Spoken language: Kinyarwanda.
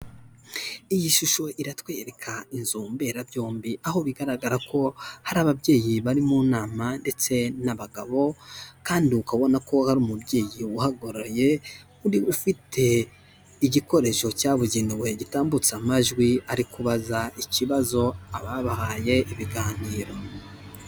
Iyi shusho iratwereka inzu mberabyombi aho bigaragara ko hari ababyeyi bari mu nama ndetse n'abagabo kandi ukabona ko hari umubyeyi uhagarariye wari ufite igikoresho cyabugenewe gitambutsa amajwi ari kubaza ikibazo ababahaye ibiganiro.